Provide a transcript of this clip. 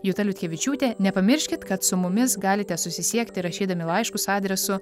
juta liutkevičiūtė nepamirškit kad su mumis galite susisiekti rašydami laiškus adresu